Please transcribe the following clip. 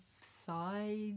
side